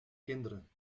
kinderen